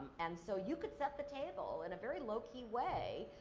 and, so, you could set the table in a very low-key way,